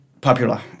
popular